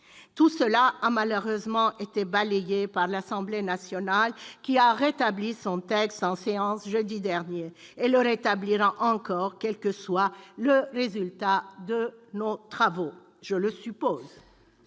Tout cela a malheureusement été balayé par l'Assemblée nationale, qui a rétabli son texte en séance jeudi dernier et le rétablira encore, quel que soit le résultat de nos travaux- je le suppose